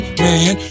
man